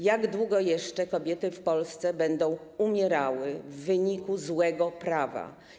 Jak długo jeszcze kobiety w Polsce będą umierały w wyniku złego prawa?